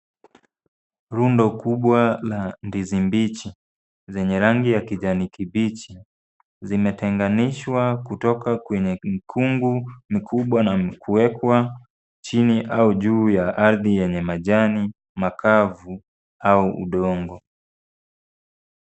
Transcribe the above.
Rundo kubwa la ndizi mbichi zenye rangi ya kijani kibichi. Zimetenganishwa kutoka kwenye mkungu mkubwa na kuwekwa chini au juu ya ardhi yenye majani makavu au udongo.